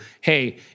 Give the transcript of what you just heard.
hey